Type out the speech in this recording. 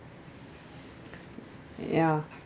ya